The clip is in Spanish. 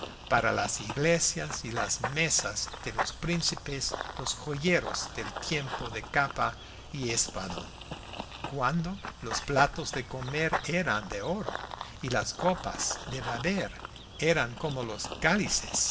para las iglesias y las mesas de los príncipes los joyeros del tiempo de capa y espadón cuando los platos de comer eran de oro y las copas de beber eran como los cálices